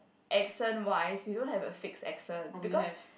accent wise we don't have a fixed accent because